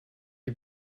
you